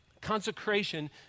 Consecration